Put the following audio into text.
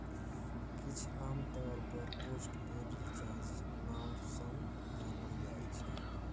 किछ आमतौर पर पोस्ट पेड रिचार्ज नाओ सँ जानल जाइ छै